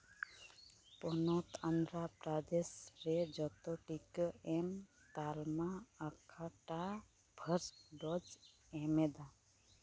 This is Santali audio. ᱯᱚᱱᱚᱛ ᱟᱱᱫᱷᱚᱨ ᱯᱨᱚᱫᱮᱥ ᱨᱮ ᱡᱚᱛᱚ ᱴᱤᱠᱟᱹ ᱮᱢ ᱛᱟᱞᱢᱟ ᱚᱠᱟᱴᱟᱜ ᱯᱷᱟᱥᱴ ᱰᱳᱡ ᱮᱢᱮᱫᱟ